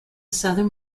southern